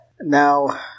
Now